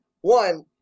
One